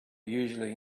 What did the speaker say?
usually